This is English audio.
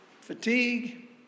fatigue